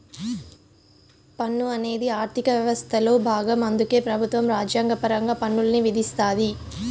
పన్ను అనేది ఆర్థిక యవస్థలో బాగం అందుకే పెబుత్వం రాజ్యాంగపరంగా పన్నుల్ని విధిస్తాది